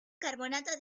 carbonato